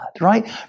right